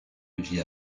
vit